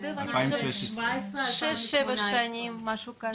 זה היה לפני בערך שש או שבע שנים, משהו כזה.